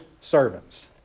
servants